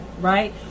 Right